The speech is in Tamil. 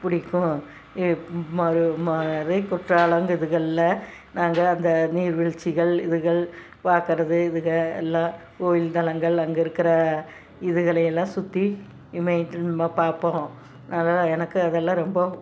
பிடிக்கும் மலை குற்றாலம் இதுங்கள்ல நாங்கள் அந்த நீர்வீழ்ச்சிகள் இதுகள் பார்க்கறது இதுக எல்லாம் கோயில் தலங்கள் அங்கே இருக்கிற இதுகளையெல்லாம் சுற்றி இமயத்தில் நம்ம பார்ப்போம் அதெல்லாம் எனக்கு அதெல்லாம் ரொம்ப